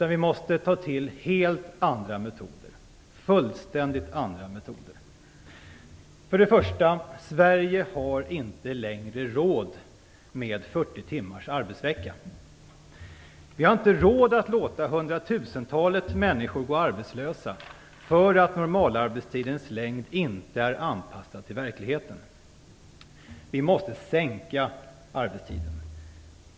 Nu måste vi ta till helt andra metoder, fullständigt nya metoder. Sverige har inte längre råd med 40 timmars arbetsvecka. Vi har inte råd med att låta hundratusentalet människor gå arbetslösa därför att normalarbetstidens längd inte är anpassad till verkligheten. Vi måste sänka arbetstiden.